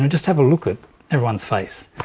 and just have a look at everyone's face,